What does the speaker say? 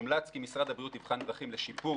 מומלץ כי משרד הבריאות יבחן דרכים לשיפור